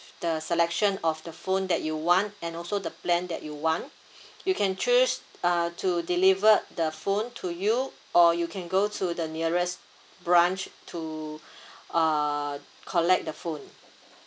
the selection of the phone that you want and also the plan that you want you can choose uh to deliver the phone to you or you can go to the nearest branch to uh collect the phone